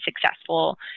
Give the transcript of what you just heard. successful